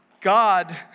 God